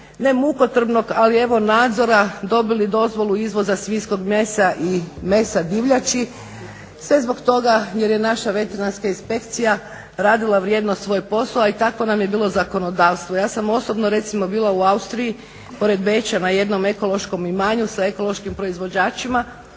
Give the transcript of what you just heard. ne mukotrpnog ali evo nadzora dobili dozvolu izvoza svinjskog mesa i mesa divljači, sve zbog toga jer je naša Veterinarska inspekcija radila vrijedno svoj posao, a i takvo nam je bilo zakonodavstvo. Ja sam osobno recimo bila u Austriji pored Beča na jednom ekološkom imanju sa ekološkim proizvođačima